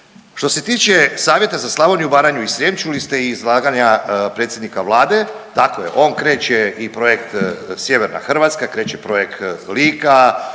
Što se tiče savjeta za Slavoniju, Baranju i Srijem čuli ste iz izlaganja predsjednika Vlade, tako je on kreće i projekt Sjeverna Hrvatska, kreće projekt Lika,